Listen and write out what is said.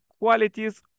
qualities